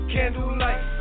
Candlelight